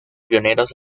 pioneros